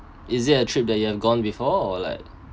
is is a trip that you have gone before like